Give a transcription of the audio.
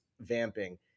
vamping